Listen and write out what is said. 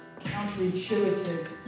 counterintuitive